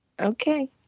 Okay